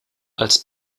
als